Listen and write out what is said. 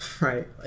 right